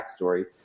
backstory